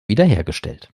wiederhergestellt